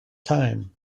time